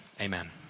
Amen